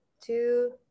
two